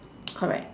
correct